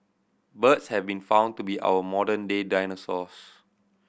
birds have been found to be our modern day dinosaurs